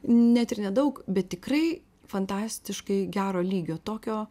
net ir nedaug bet tikrai fantastiškai gero lygio tokio